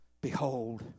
behold